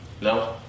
No